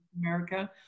America